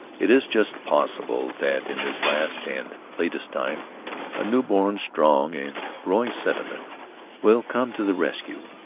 it is just possible that in this last and latest time a newborn strong and growing sentiment will come to the rescue,